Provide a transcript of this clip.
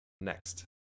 Next